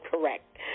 correct